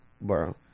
Bro